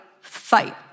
fight